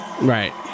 Right